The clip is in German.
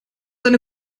eine